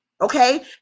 Okay